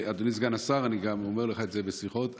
אדוני סגן השר, אני אומר לך את זה גם בשיחות.